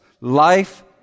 Life